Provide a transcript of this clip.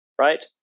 Right